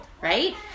right